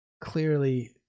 Clearly